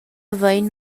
havein